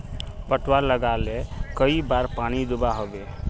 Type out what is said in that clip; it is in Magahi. पटवा लगाले कई बार पानी दुबा होबे?